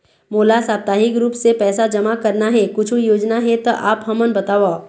मोला साप्ताहिक रूप से पैसा जमा करना हे, कुछू योजना हे त आप हमन बताव?